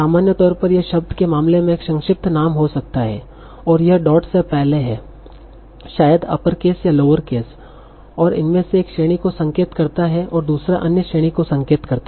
सामान्य तौर पर यह शब्द के मामले में एक संक्षिप्त नाम हो सकता है और यह डॉट से पहले है शायद अपर केस या लोअर केस और इनमें से एक श्रेणी को संकेत करता है और दूसरा अन्य श्रेणी को संकेत करता है